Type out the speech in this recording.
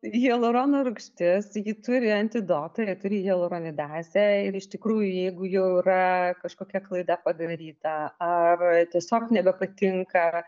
hialurono rūgštis ji turi antidotą ji turi hialuronidazę ir iš tikrųjų jeigu jau yra kažkokia klaida padaryta ar tiesiog nebepatinka